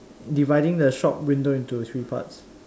dividing the shop window into three parts